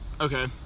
Okay